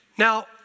Now